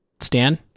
Stan